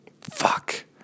Fuck